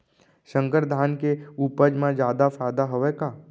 संकर धान के उपज मा जादा फायदा हवय का?